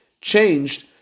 changed